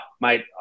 mate